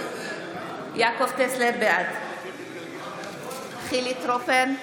בעד חילי טרופר,